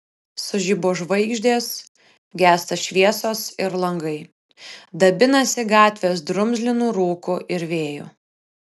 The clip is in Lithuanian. sužibo žvaigždės gęsta šviesos ir langai dabinasi gatvės drumzlinu rūku ir vėju